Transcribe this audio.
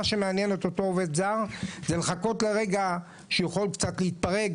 מה שמעניין את אותו עובד זר זה לחכות לרגע שהוא יוכל קצת להתפרק,